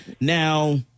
now